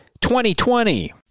2020